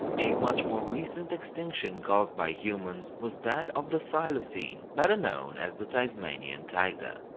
a much more recent extinction caused by humans was that of the thylacine, better known as the tasmanian tiger.